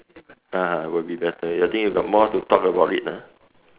(uh huh) will be better I think you got more to talk about it ah